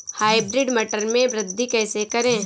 Hybrid टमाटर में वृद्धि कैसे करें?